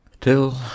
till